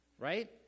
Right